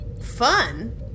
fun